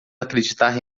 acreditar